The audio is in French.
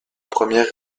première